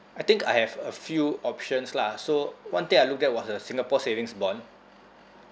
I think I have a few options lah so one thing I looked at was the singapore savings bond